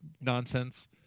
nonsense